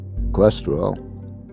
cholesterol